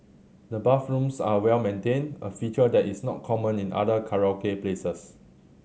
the bathrooms are well maintained a feature that is not common in other karaoke places